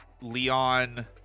Leon